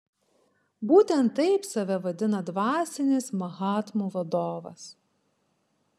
būtent taip save vadina dvasinis mahatmų vadovas